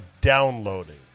downloading